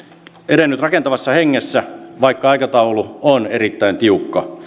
edennyt rakentavassa hengessä vaikka aikataulu on erittäin tiukka